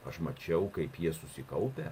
aš mačiau kaip jie susikaupę